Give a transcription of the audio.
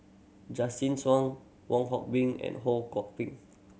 Justin Zhuang Wong Hock Bean and Ho Kwon Ping